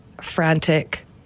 frantic